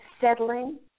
settling